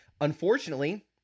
unfortunately